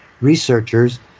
researchers